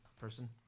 person